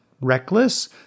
reckless